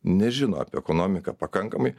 nežino apie ekonomiką pakankamai